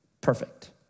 perfect